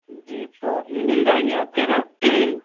جی تو مل جائیں گے آپ کے یہاں